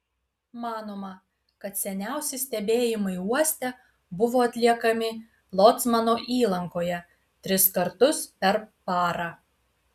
manoma kad seniausi stebėjimai uoste buvo atliekami locmano įlankoje tris kartus per parą